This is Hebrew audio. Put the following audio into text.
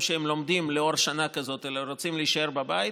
שהם לומדים בו לאור שנה כזאת אלא רוצים להישאר בבית.